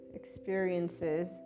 experiences